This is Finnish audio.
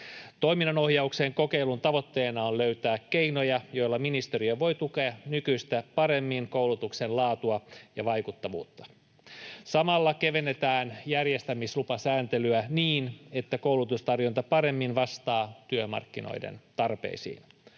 Toiminnanohjauksen kokeilun tavoitteena on löytää keinoja, joilla ministeriö voi tukea nykyistä paremmin koulutuksen laatua ja vaikuttavuutta. Samalla kevennetään järjestämislupasääntelyä niin, että koulutustarjonta paremmin vastaa työmarkkinoiden tarpeisiin.